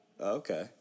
Okay